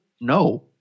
no